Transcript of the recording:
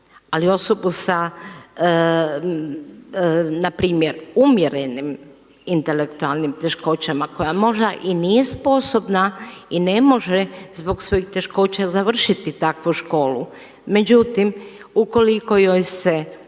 Ali osobu sa, npr. umjerenim intelektualnim teškoćama koja možda i nije sposobna i ne može zbog svojih teškoća završiti takvu školu. Međutim, ukoliko joj se